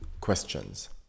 questions